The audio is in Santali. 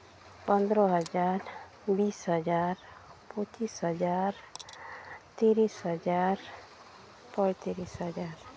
ᱯᱚᱸᱫᱽᱨᱚ ᱦᱟᱡᱟᱨ ᱵᱤᱥ ᱦᱟᱡᱟᱨ ᱯᱚᱸᱪᱤᱥ ᱦᱟᱡᱟᱨ ᱛᱤᱨᱤᱥ ᱦᱟᱡᱟᱨ ᱯᱚᱸᱭᱛᱨᱤᱥ ᱦᱟᱡᱟᱨ